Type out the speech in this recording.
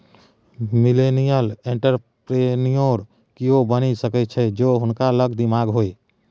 millennial entrepreneur कियो बनि सकैत छथि जौं हुनका लग दिमाग होए